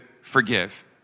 forgive